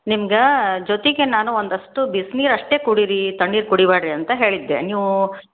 ನಿಮ್ಗೆ ಜೊತೆಗೆ ನಾನು ಒಂದಿಷ್ಟು ಬಿಸ್ನೀರು ಅಷ್ಟೇ ಕುಡಿರಿ ತಣ್ಣೀರು ಕುಡಿಬೇಡ್ರಿ ಅಂತ ಹೇಳಿದ್ದೆ ನೀವು